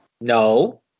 No